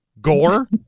Gore